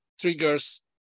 triggers